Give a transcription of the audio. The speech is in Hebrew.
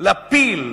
זה עניין